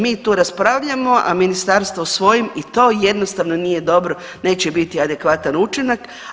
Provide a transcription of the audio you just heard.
Mi tu raspravljamo, a ministarstvo svojim i to jednostavno nije dobro, neće biti adekvatan učinak.